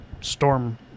storm